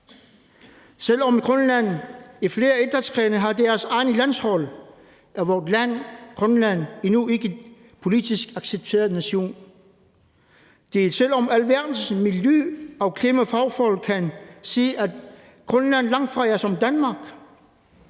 Selv om Grønland i flere idrætsgrene har deres egne landshold, er vort land, Grønland, endnu ikke en politisk accepteret nation – det er, selv om alverdens miljø- og klimafagfolk kan se, at Grønland langtfra er som Danmark.